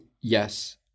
Yes